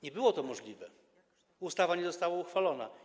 Nie było to możliwe, ustawa nie została uchwalona.